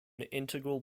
integral